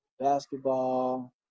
basketball